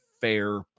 fair